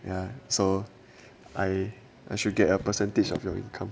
yah so I I should get a percentage of your income